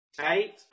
Eight